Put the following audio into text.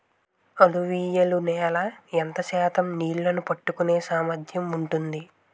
అలువియలు నేల ఎంత శాతం నీళ్ళని పట్టుకొనే సామర్థ్యం ఉంటుంది?